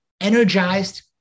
energized